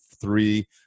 three